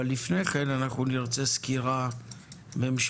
לפני כן, אנחנו נרצה סקירה ממשלתית,